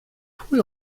pwy